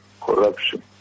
corruption